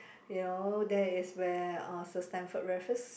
you know there is where our Sir Stamford Raffles